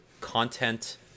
content